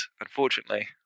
unfortunately